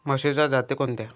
म्हशीच्या जाती कोणत्या?